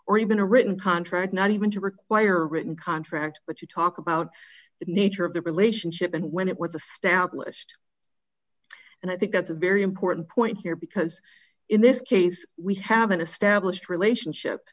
or even a written contract not even to require written contract but you talk about the nature of the relationship and when it was a stout wished and i think that's a very important point here because in this case we haven't established relationship